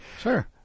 Sure